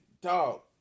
dog